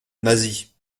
nasie